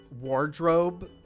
wardrobe